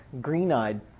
green-eyed